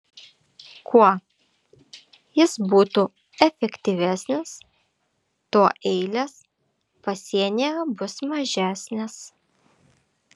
kuo jis būtų efektyvesnis tuo eilės pasienyje bus mažesnės